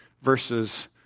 verses